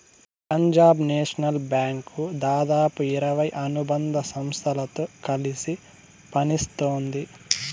Punjab National Bank దాదాపు ఇరవై అనుబంధ సంస్థలతో కలిసి పనిత్తోంది